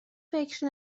فکر